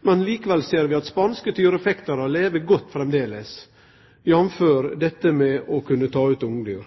Men likevel ser vi at spanske tyrefektarar lever godt framleis, jamfør dette med å kunne ta ut ungdyr.